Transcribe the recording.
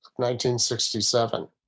1967